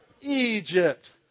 Egypt